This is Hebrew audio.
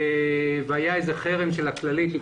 והיה איזה חרם של הכללית.